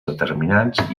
determinants